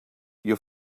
your